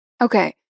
Okay